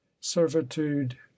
servitude